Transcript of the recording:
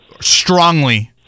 strongly –